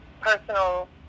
personal